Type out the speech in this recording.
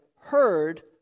heard